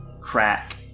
crack